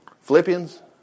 Philippians